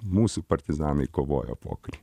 mūsų partizanai kovojo apuokai